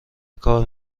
کار